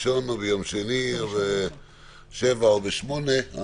ראשון או ביום שני או ב-07:00 או ב-08:00,